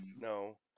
no